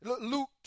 Luke